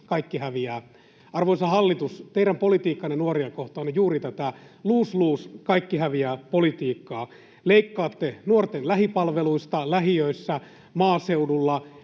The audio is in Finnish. kaikki häviävät. Arvoisa hallitus, teidän politiikkanne nuoria kohtaan on juuri tätä lose—lose, kaikki häviävät ‑politiikkaa. Leikkaatte nuorten lähipalveluista lähiöissä, maaseudulla.